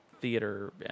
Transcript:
theater